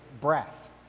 breath